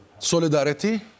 Solidarity